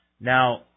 Now